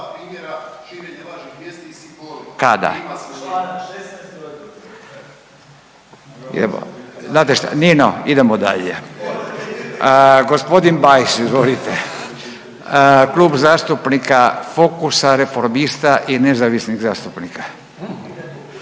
Evo, znate šta. Nino, idemo dalje. G. Bajs, izvolite. Klub zastupnika Fokusa, Reformista i nezavisnih zastupnika.